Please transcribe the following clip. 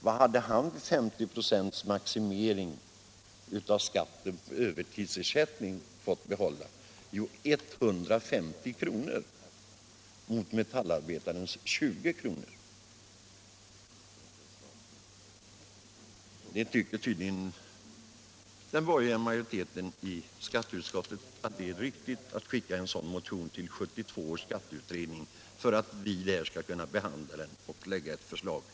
Vad hade han vid en maximering till 50 96 skatt på övertidsarbete fått behålla? Jo, 150 kr. mot metallarbetarens 20 kr. Den borgerliga majoriteten i skatteutskottet tycker tydligen att det är riktigt att skicka en sådan motion till 1972 års skatteutredning för att där behandla den och grunda ett förslag på.